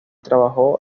trabajó